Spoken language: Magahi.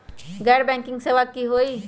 गैर बैंकिंग सेवा की होई?